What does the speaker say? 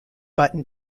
button